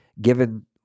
given